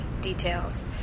details